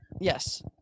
Yes